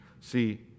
See